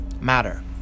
matter